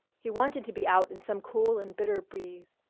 he wanted to be out in some cool and bitter breeze,